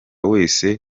wese